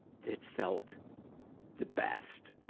that felt the best,